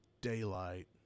daylight